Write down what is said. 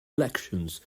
elections